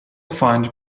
find